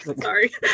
sorry